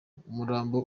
umurambo